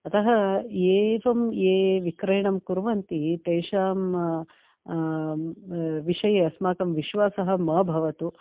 अतः एवं ये विक्रयणं कुर्वन्ति तेषां विषये अस्माकं विश्वासः मा भवतु